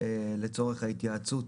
לצורך ההתייעצות.